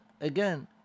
again